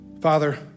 Father